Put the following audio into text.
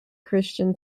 christian